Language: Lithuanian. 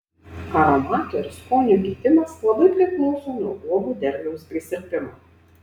aromato ir skonio kitimas labai priklauso nuo uogų derliaus prisirpimo